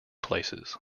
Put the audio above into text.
places